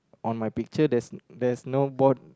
on my picture there's there's no board